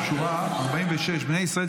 שורה 46: בני ישראל,